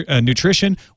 nutrition